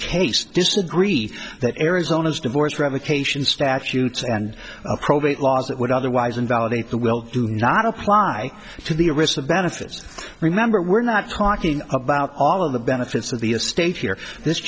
case disagree that arizona's divorce revocation statutes and probate laws that would otherwise invalidate the will do not apply to the original benefits remember we're not talking about all of the benefits of the estate here this